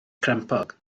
crempog